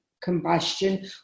combustion